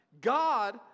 God